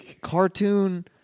cartoon